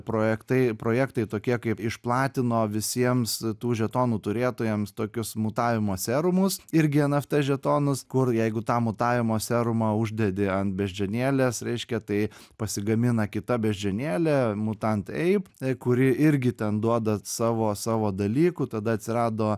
projektai projektai tokie kaip išplatino visiems tų žetonų turėtojams tokius mutavimo serumus irgi eft žetonus kur jeigu tą matavimo serumą uždedi ant beždžionėlės reiškia tai pasigamina kita beždžionėlė mutantai kuri irgi tam duoda savo savo dalykų tada atsirado